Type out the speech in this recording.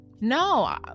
No